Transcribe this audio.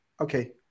Okay